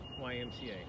YMCA